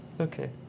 okay